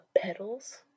petals